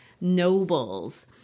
nobles